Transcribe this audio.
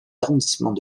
arrondissements